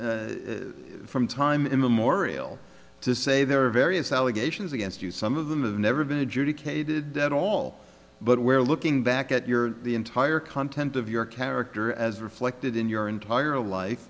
from time immemorial to say there are various allegations against you some of them have never been adjudicated at all but we're looking back at your entire content of your character as reflected in your entire life